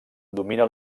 domina